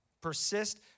persist